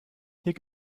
hier